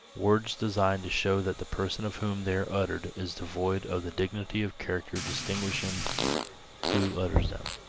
words designed to show that the person of whom they are uttered is devoid of the dignity of character distinguishing him who utters them.